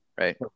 right